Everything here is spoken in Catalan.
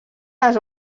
les